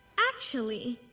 actually,